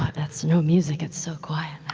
that's no music, it's so quiet